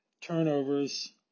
turnovers